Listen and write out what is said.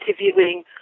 interviewing